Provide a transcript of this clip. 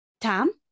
Tom